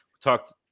Talked